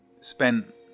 spent